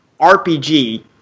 RPG